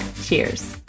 cheers